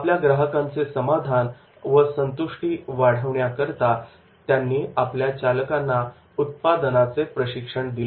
आपल्या ग्राहकांचे समाधान व संतुष्टी वाढकरण्याकरीता त्यांनी आपल्या चालकांना उत्पादनाचे प्रशिक्षण दिले